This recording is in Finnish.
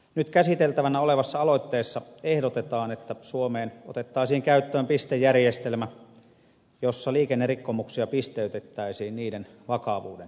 nyt käsiteltävänä olevassa aloitteessa ehdotetaan että suomeen otettaisiin käyttöön pistejärjestelmä jossa liikennerikkomuksia pisteytettäisiin niiden vakavuuden mukaan